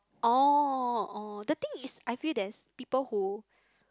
oh oh the thing is I feel there's people who